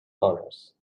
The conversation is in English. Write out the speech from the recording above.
honors